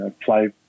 play